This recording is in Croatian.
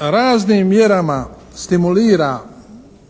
raznim mjerama stimulira